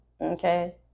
Okay